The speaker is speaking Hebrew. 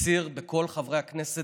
מפציר בכל חברי הכנסת,